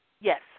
Yes